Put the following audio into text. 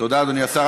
תודה, אדוני השר.